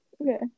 Okay